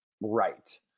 right